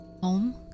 home